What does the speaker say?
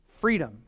freedom